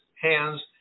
hands